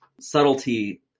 subtlety